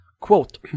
Quote